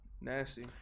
Nasty